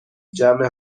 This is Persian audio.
جمع